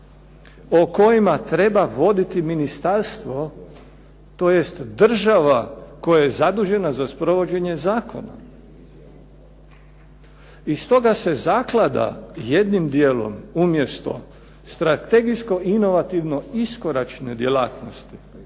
o kojima treba voditi ministarstvo, tj. država koja je zadužena za sprovođenje zakona. I stoga se zaklada jednim dijelom, umjesto strategijsko inovativno iskoračne djelatnosti